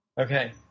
Okay